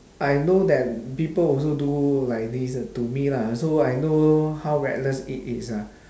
I know that people also do like this to me lah so I know how reckless it is ah